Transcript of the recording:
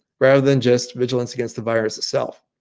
rather than just vigilance against the virus itself.